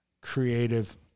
creative